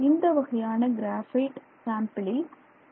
இந்த வகையான கிராபைட் சாம்பிளில் d0023